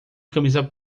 camisa